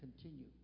continue